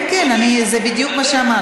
כן, כן, אני, זה בדיוק מה שאמרתי.